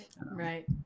right